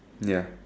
ya